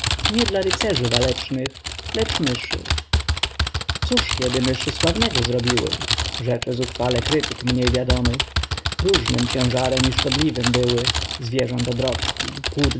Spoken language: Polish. nie dla rycerzy walecznych lecz myszy cóż kiedy myszy sławnego zrobiły rzecze zuchwale krytyk mniej wiadomy próżnym ciężarem i szkodliwym były zwierząt odrodki płód